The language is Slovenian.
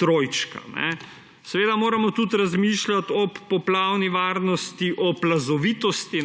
trojčka. Seveda moramo tudi razmišljati o poplavni varnosti, o plazovitosti.